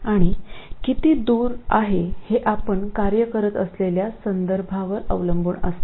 आणि किती दूर आहे हे आपण कार्य करत असलेल्या संदर्भावर अवलंबून असते